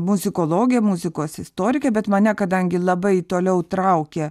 muzikologė muzikos istorikė bet mane kadangi labai toliau traukė